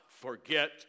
forget